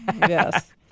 Yes